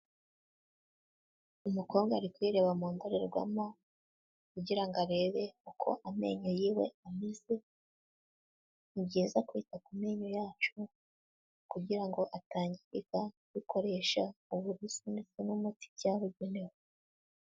Umukobwa ari kwireba mu ndorerwamo kugirango arebe uko amenyo yiwe ameze, ni byiza kwita ku menyo yacu kugira ngo atangirika dukoresha uburuso ndetse n'umuti byabugenewe.